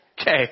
Okay